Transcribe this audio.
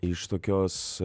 iš tokios